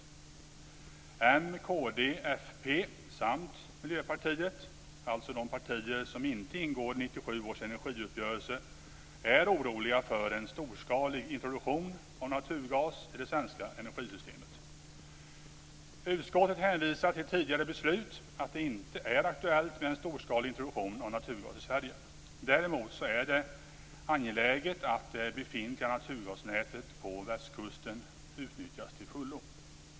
Moderaterna, Kristdemokraterna, Folkpartiet samt Miljöpartiet, dvs. de partier som inte ingår i 1997 års energiuppgörelse är oroliga för en storskalig introduktion av naturgas i det svenska energisystemet. Utskottet hänvisar till tidigare beslut att det inte är aktuellt med en storskalig introduktion av naturgas i Sverige. Däremot är det angeläget att det befintliga naturgasnätet på västkusten utnyttjas till fullo.